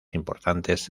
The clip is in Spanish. importantes